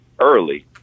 early